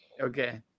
Okay